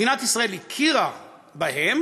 מדינת ישראל הכירה בהם